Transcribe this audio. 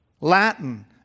Latin